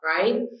right